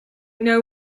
know